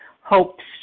hopes